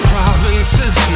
Provinces